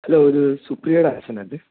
hello ഇത് സുപ്രിയയുടെ അച്ഛനാ ത്